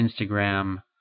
Instagram